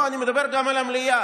לא, אני מדבר גם על המליאה.